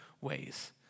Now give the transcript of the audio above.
ways